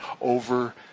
over